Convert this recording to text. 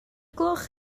gloch